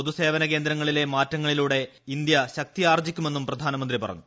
പൊതുസേവന കേന്ദ്രങ്ങളിലെ മാറ്റങ്ങളിലൂടെ ഇന്ത്യ ശക്തിയാർജ്ജിക്കുമെന്നും പ്രധാനമന്ത്രി പറഞ്ഞു